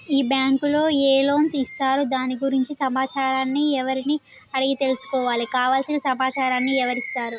ఈ బ్యాంకులో ఏ లోన్స్ ఇస్తారు దాని గురించి సమాచారాన్ని ఎవరిని అడిగి తెలుసుకోవాలి? కావలసిన సమాచారాన్ని ఎవరిస్తారు?